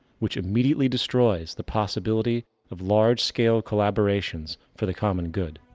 which immediately destroys the possibility of large scale collaborations for the common good.